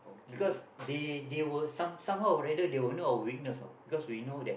because they they will some somehow or rather they will know our weakness know because we know that